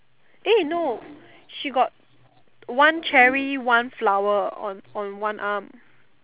eh no she got one cherry one flower on on one arm